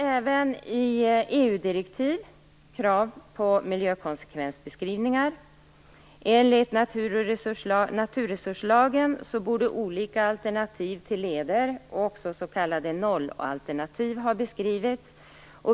Även i EU direktiv finns det krav på miljökonsekvensbeskrivningar. Enligt naturresurslagen borde olika alternativ till leder, också s.k. nollalternativ, ha beskrivits.